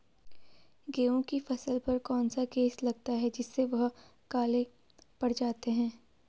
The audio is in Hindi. गेहूँ की फसल पर कौन सा केस लगता है जिससे वह काले पड़ जाते हैं?